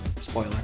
Spoiler